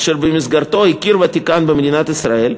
אשר במסגרתו הכיר הוותיקן במדינת ישראל,